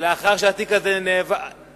ולאחר שהתיק הזה נעלם